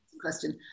question